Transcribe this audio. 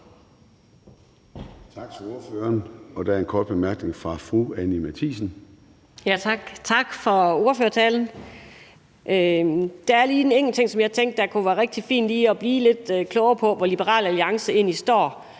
Tak for ordførertalen. Der er lige en enkelt ting, som jeg tænkte det kunne være rigtig fint lige at blive lidt klogere på, i forhold til hvor Liberal Alliance egentlig står.